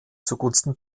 zugunsten